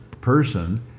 person